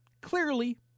Clearly